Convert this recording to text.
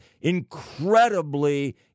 incredibly